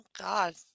god